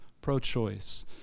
pro-choice